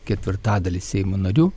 ketvirtadalis seimo narių